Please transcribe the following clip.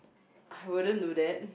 I wouldn't do that